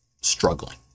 struggling